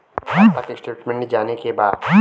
खाता के स्टेटमेंट जाने के बा?